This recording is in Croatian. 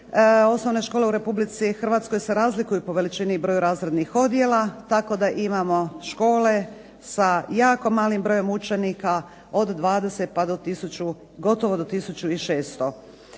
Osnovne škole u Republici Hrvatskoj se razlikuju po veličini i broju razrednih odjela tako da imamo škole sa jako malim brojem učenika, od 20 pa gotovo do 1600.